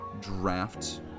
draft